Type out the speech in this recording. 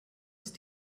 ist